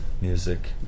music